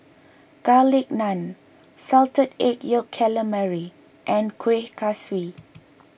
Garlic Naan Salted Egg Yolk Calamari and Kuih Kaswi